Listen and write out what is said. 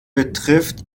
betrifft